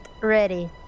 ready